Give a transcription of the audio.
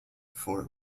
for